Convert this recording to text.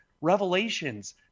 revelations